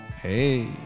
Hey